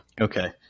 Okay